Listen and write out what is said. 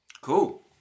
Cool